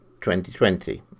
2020